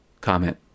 comment